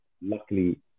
luckily